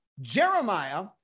Jeremiah